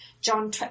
John